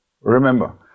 Remember